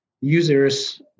user's